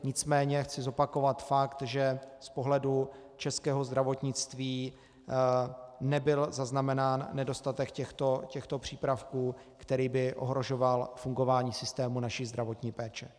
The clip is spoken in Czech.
Nicméně chci zopakovat fakt, že z pohledu českého zdravotnictví nebyl zaznamenán nedostatek těchto přípravků, který by ohrožoval fungování systému naší zdravotní péče.